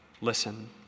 Listen